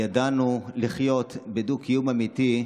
ידענו לחיות בדו-קיום אמיתי,